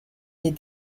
est